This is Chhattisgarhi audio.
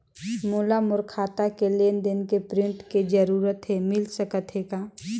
मोला मोर खाता के लेन देन के प्रिंट के जरूरत हे मिल सकत हे का?